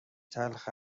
تلخ